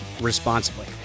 responsibly